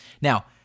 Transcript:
Now